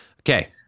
Okay